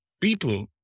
people